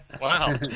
Wow